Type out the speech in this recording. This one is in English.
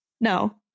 No